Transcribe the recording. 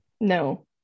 No